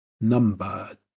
Number